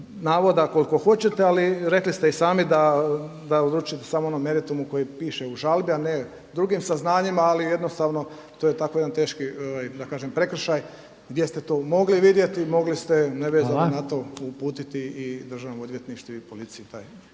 navoda koliko hoćete, ali rekli ste i sami da odlučujete samo u onom meritumu koji piše u žalbi ali ne u drugim saznanjima, ali jednostavno to je tako jedan teški da kažem prekršaj gdje ste to mogli vidjeti, mogli ste nevezano na to uputiti i državnom odvjetništvu i policiji